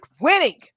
winning